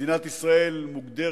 מדינת ישראל מוגדרת